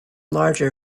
larger